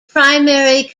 primary